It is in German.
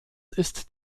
ist